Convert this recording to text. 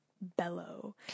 bellow